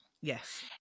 Yes